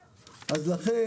לכן,